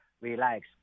relax